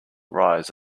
rise